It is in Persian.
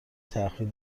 تاخیر